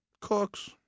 Cooks